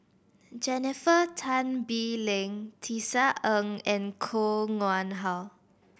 Jennifer Tan Bee Leng Tisa Ng and Koh Nguang How